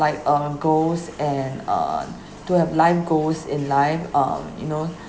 like uh goals and uh to have life goals in life um you know